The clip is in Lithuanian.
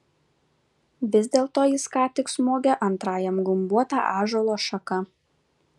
vis dėlto jis ką tik smogė antrajam gumbuota ąžuolo šaka